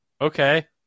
Okay